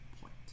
point